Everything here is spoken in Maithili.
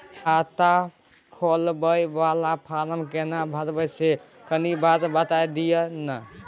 खाता खोलैबय वाला फारम केना भरबै से कनी बात दिय न?